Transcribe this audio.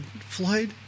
Floyd